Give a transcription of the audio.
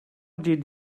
did